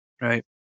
right